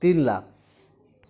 ᱛᱤᱱ ᱞᱟᱠᱷ